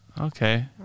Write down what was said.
Okay